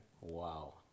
Wow